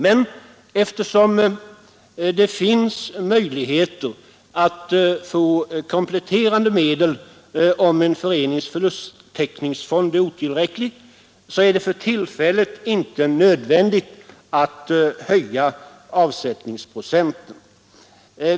Men eftersom det finns möjligheter att få kompletterande medel om en förenings förlusttäckningsfond är otillräcklig, är det för tillfället inte nödvändigt att höja avsättningsprocenten.